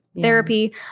therapy